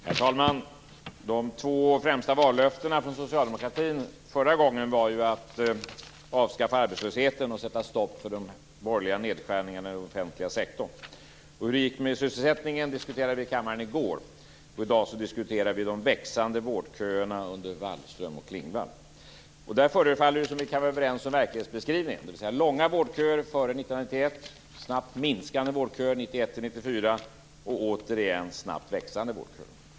Herr talman! De två främsta vallöftena från socialdemokratin förra gången var att avskaffa arbetslösheten och sätta stopp för de borgerliga nedskärningarna i den offentliga sektorn. Hur det gick med sysselsättningen diskuterade vi i kammaren i går. I dag diskuterar vi de växande vårdköerna under Wallström och Klingvall. Det förefaller som om vi kan vara överens om verklighetsbeskrivningen. Det var långa vårdköer före 1991 och snabbt minskade vårdköer 1991-1994. Nu är det återigen snabbt växande vårdköer.